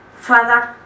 Father